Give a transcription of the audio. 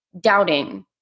doubting